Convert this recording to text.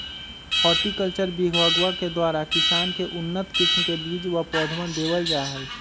horticulture विभगवा के द्वारा किसान के उन्नत किस्म के बीज व पौधवन देवल जाहई